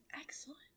excellent